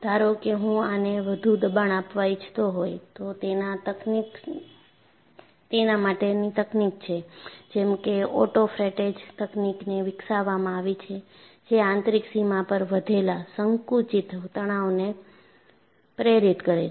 ધારો કે હું આને વધુ દબાણ આપવા ઈચ્છતો હોય તો તેના તકનીક છે જેમ કે ઓટોફ્રેટેજ તકનીકને વિકસાવવામાં આવી છે જે આંતરિક સીમા પર વધેલા સંકુચિત તણાવને પ્રેરિત કરે છે